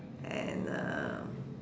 and um